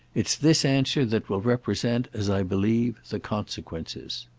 it's this answer that will represent, as i believe, the consequences.